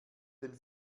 den